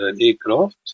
aircraft